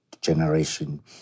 generation